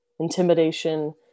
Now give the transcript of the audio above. Intimidation